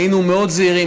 היינו מאוד זהירים,